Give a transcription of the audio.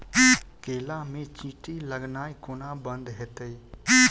केला मे चींटी लगनाइ कोना बंद हेतइ?